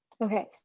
Okay